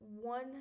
one